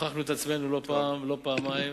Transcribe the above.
הוכחנו את עצמנו לא פעם ולא פעמיים,